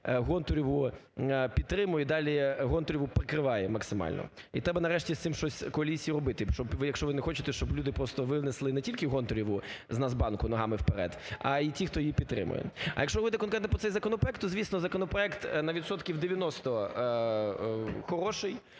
Гонтареву підтримує, і далі Гонтареву прикриває максимально. І треба нарешті з цим щось коаліції робити, якщо ви не хочете, щоб люди просто винесли не тільки Гонтареву з Нацбанку ногами вперед, а і ті, хто її підтримує. А якщо ви конкретно про цей законопроект, то, звісно, законопроект на відсотків 90 хороший.